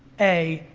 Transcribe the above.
a,